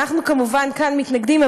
אנחנו כמובן מתנגדים,